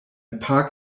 park